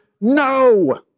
No